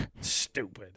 Stupid